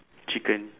chicken